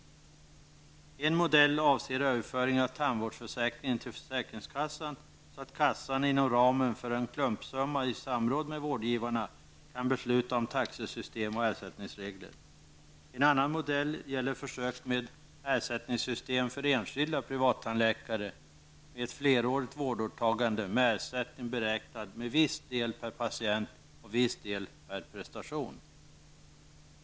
En modell avser övrföring av tandvårdsförsäkringen till försäkringskassan, så att kassan inom ramen för en klumpsumma i samråd med vårdgivarna kan besluta om taxesystem och ersättningsregler. En annan modell gäller försök med ersättningssystem för enskilda privattandläkare med ett flerårigt vårdåtagande med ersättning beräknad med viss del per patient och viss del per prestation.